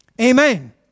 Amen